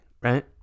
right